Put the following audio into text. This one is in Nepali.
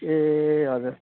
ए हजुर